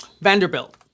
Vanderbilt